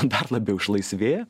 dar labiau išlaisvėja